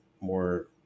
more